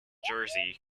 jersey